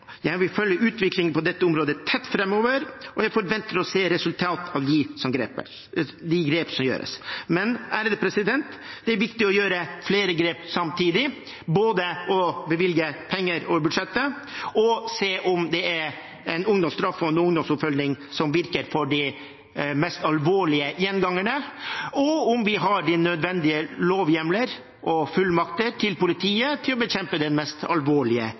Jeg vil følge utviklingen på dette området tett framover, og jeg forventer å se resultater av de grep som gjøres. Men det er viktig å gjøre flere grep samtidig, både å bevilge penger over budsjettet og å se på om det er ungdomsstraff og ungdomsoppfølging som virker for de mest alvorlige gjengangerne, og om politiet har de nødvendige lovhjemler og fullmakter for å bekjempe den mest alvorlige